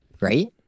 right